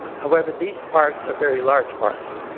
however, these parks are very large parks.